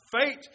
fate